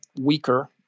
weaker